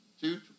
two